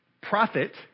profit